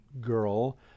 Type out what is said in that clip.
girl